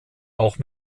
auch